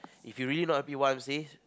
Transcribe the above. if you really not happy what I'm say